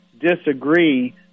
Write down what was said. Disagree